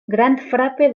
grandfrape